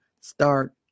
start